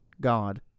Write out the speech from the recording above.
God